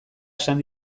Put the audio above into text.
esan